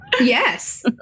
Yes